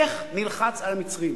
איך נלחץ על המצרים?